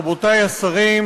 רבותי השרים,